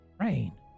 Rain